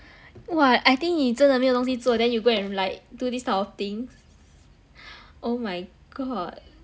!wah! I think 你真的没有东西做 then you go and like do this type of thing oh my god